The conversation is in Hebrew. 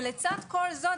לצד כל זאת,